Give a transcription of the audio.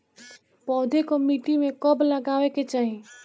पौधे को मिट्टी में कब लगावे के चाही?